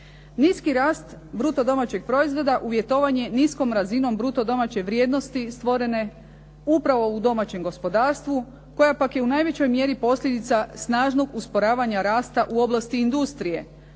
Niski rast bruto domaćeg proizvoda uvjetovan je niskom razinom bruto domaće vrijednosti stvorene upravo u domaćem gospodarstvu koja pak je u najvećoj mjeri posljedica snažnog usporavanja rasta u oblasti industrije